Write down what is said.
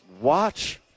Watch